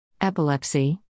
epilepsy